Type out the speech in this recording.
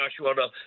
Joshua